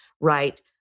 right